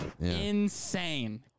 Insane